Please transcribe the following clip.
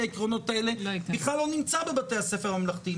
העקרונות האלה בכלל לא נמצא בבתי הספר הממלכתיים,